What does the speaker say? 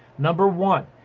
number one,